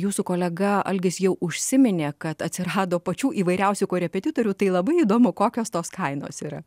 jūsų kolega algis jau užsiminė kad atsirado pačių įvairiausių korepetitorių tai labai įdomu kokios tos kainos yra